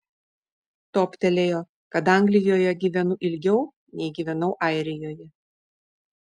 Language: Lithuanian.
toptelėjo kad anglijoje gyvenu ilgiau nei gyvenau airijoje